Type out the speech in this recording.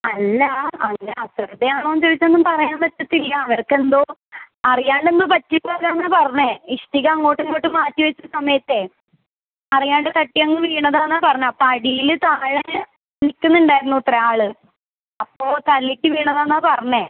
അല്ല അല്ല വെറുതെയാണോ എന്ന് ചോദിച്ചാൽ ഒന്നും പറയാൻ പറ്റത്തില്ല അവർക്ക് എന്തോ അറിയാണ്ട് എന്തോ പറ്റിപ്പോയതാണെന്നാണ് പറഞ്ഞത് ഇഷ്ടിക അങ്ങോട്ടും ഇങ്ങോട്ടും മാറ്റി വച്ച സമയത്ത് അറിയാണ്ട് തട്ടി അങ്ങ് വീണതാണെന്നാണ് പറഞ്ഞത് പടിയിൽ താഴെ നിൽക്കുന്നുണ്ടായിരുന്നുത്രേ ആൾ അപ്പോൾ തലയ്ക്ക് വീണതാണെന്നാണ് പറഞ്ഞത്